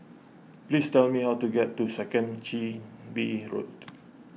please tell me how to get to Second Chin Bee Road